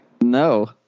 No